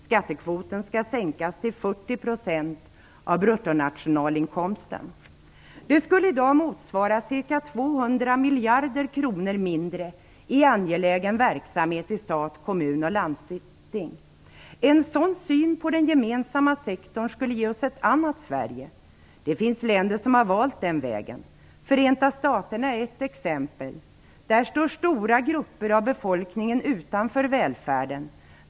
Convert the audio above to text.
Skattekvoten skall sänkas till 40 % av bruttonationalinkomsten. Det skulle i dag motsvara ca 200 miljarder kronor mindre i angelägen verksamhet i stat, kommun och landsting. En sådan syn på den gemensamma sektorn skulle ge oss ett annat Sverige. Det finns länder som har valt den vägen. Förenta staterna är ett exempel. Där står stora grupper av befolkningen utanför välfärden.